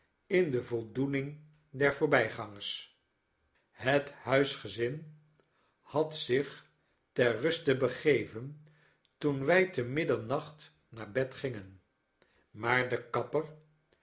in de voldoening der voorbijgangers het huisgezin had zich ter ruste begeven toen wij te middernacht naar bed gingen maar de kapper